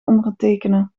ondertekenen